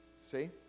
see